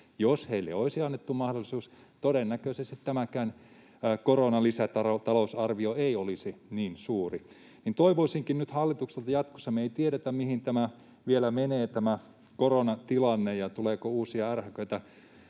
Jos heille olisi annettu mahdollisuus, todennäköisesti tämäkään koronalisätalousarvio ei olisi niin suuri. Toivoisinkin nyt hallitukselta jatkossa — me ei tiedetä, mihin tämä koronatilanne vielä menee ja tuleeko uusia ärhäköitä